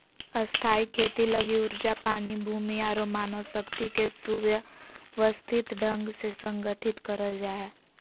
स्थायी खेती लगी ऊर्जा, पानी, भूमि आरो मानव शक्ति के सुव्यवस्थित ढंग से संगठित करल जा हय